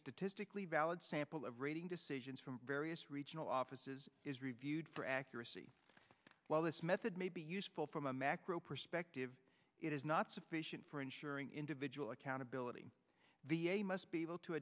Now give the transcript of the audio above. statistically valid sample of rating decisions from various regional offices is reviewed for accuracy while this method may be useful for macro perspective it is not sufficient for ensuring individual accountability v a must be able to